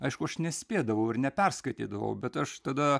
aišku aš nespėdavau ir neperskaitydavau bet aš tada